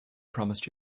promised